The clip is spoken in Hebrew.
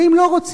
ואם לא רוצים,